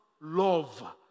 love